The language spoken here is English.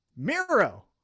Miro